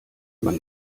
man